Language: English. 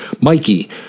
mikey